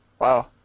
Wow